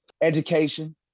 education